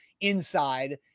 inside